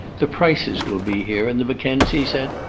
the prices will be here and the mackenzies, and.